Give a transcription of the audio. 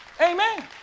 Amen